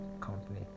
company